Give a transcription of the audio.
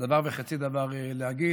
דבר וחצי דבר להגיד.